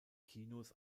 kinos